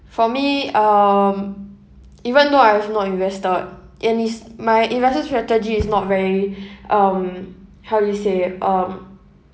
for me um even though I have not invested and is my investment strategy is not very um how do you say um